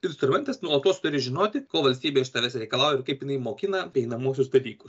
instrumentas nuolatos turi žinoti ko valstybė iš tavęs reikalauja ir kaip jinai mokina einamuosius dalykus